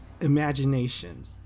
imagination